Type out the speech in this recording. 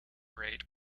rate